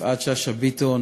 יפעת שאשא ביטון,